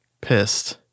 pissed